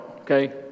okay